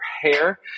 hair